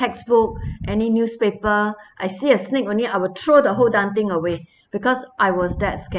textbook any newspaper I see a snake only I would throw the whole damn thing away because I was that scared